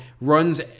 runs